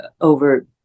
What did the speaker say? over